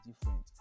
different